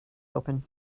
open